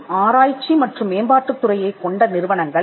மற்றும் ஆராய்ச்சி மற்றும் மேம்பாட்டுத் துறையைக் கொண்ட நிறுவனங்கள்